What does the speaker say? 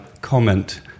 comment